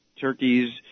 turkeys